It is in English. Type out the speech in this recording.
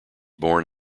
born